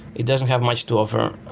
it doesn't have much to offer,